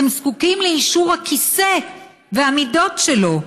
הם זקוקים לאישור הכיסא והמידות שלו,